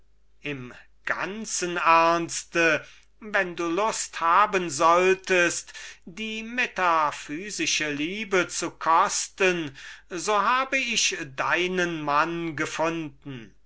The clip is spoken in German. in ganzem ernst wenn du lust hast die metaphysische liebe zu kosten so habe ich deinen mann gefunden